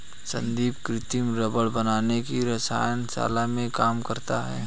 संदीप कृत्रिम रबड़ बनाने की रसायन शाला में काम करता है